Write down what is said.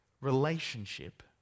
Relationship